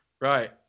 Right